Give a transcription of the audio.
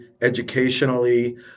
educationally